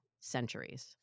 centuries